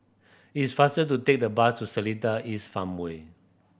it's faster to take the bus to Seletar East Farmway